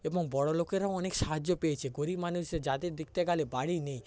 এবং বড়লোকেরাও অনেক সাহায্য পেয়েছে গরিব মানুষ যাদের দেখতে গেলে বাড়ি নেই